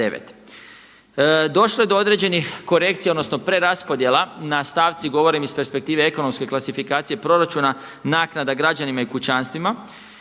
Došlo je do određenih korekcija, odnosno preraspodjela na stavci govorim iz perspektive ekonomske klasifikacije proračuna, naknada građanima i kućanstvima.